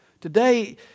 Today